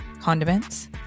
condiments